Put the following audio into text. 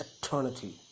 eternity